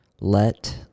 let